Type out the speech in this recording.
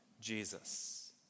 Jesus